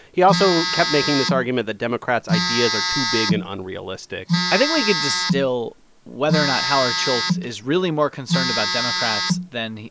he also kept making this argument that democrats' ideas are too big and unrealistic i think we can distill whether or not howard schultz is really more concerned about democrats than,